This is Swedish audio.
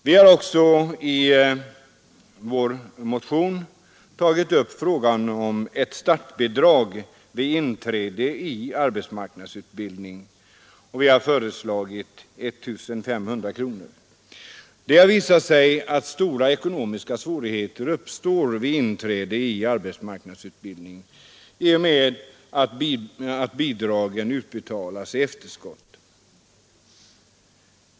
Vi har också i vår motion tagit upp frågan om ett startbidrag vid inträde i arbetsmarknadsutbildning, och vi har föreslagit I 500 kronor. Det har visat sig att stora ekonomiska svårigheter uppstår vid inträde i arbetsmarknadsutbildning i och med att bidragen utbetalas i efterskott.